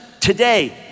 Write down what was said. Today